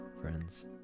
friends